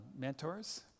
mentors